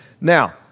Now